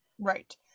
Right